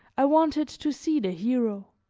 i wanted to see the hero.